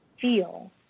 feel